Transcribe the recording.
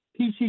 PC